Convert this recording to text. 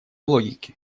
логике